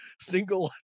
single